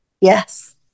Yes